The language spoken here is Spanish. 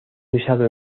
usado